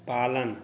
पालन